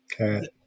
Okay